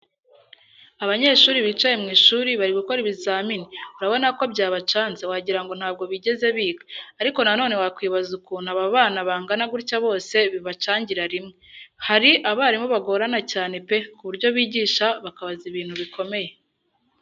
Abanyeshuri bicaye mu isuri bari gukora ibizamini urabona ko byabacanze wagira ngo ntabwo bigeze biga. Ariko nanone wakwibaza ukuntu aba bana bangana gutya bose bibacangira rimwe, hari abarimu bagorana cyane pe ku buryo bigisha bakabaza ibintu bikomeye.